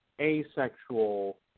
asexual